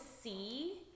see